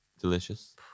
delicious